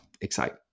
excite